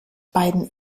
beiden